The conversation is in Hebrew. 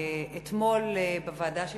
אתמול בוועדה שלי,